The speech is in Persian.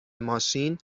ماشین